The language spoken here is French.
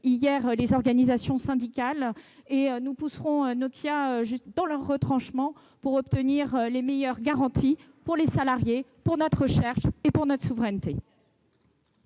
reçu les organisations syndicales. Nous pousserons Nokia dans ses retranchements, pour obtenir les meilleures garanties pour les salariés, pour notre recherche et pour notre souveraineté.